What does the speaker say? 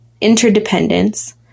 interdependence